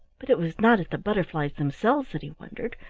but it was not at the butterflies themselves that he wondered,